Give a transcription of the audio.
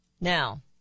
Now